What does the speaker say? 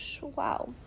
wow